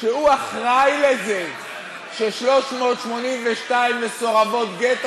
שהוא אחראי לזה ש-382 מסורבות גט,